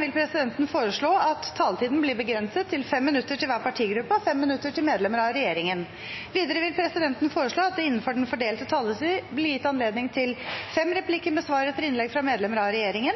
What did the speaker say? vil presidenten foreslå at taletiden blir begrenset til 5 minutter til hver partigruppe og 5 minutter til medlemmer av regjeringen. Videre vil presidenten foreslå at det – innenfor den fordelte taletid – blir gitt anledning til inntil fem replikker